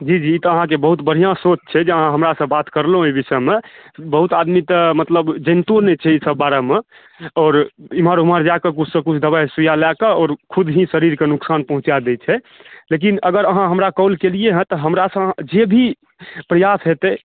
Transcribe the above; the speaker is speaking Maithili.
जी जी ई तऽ अहाँकेँ बहुत बढ़िऑं सोच छै जे अहाँ हमरासँ बात करलहुँ एहि विषयमे बहुत आदमी तऽ मतलब जनितो नहि छै ई सब बारेमे और इम्हर उम्हर जाकऽ किछु से किछु दवाइ सुइया लए कऽ खुद ही शरीरके नुकसान पहुँचा दै छै लेकिन अहाँ हमरा काल केलियै हँ तऽ हमरासँ जे भी प्रयास हेतै